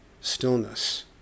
stillness